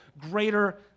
greater